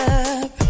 up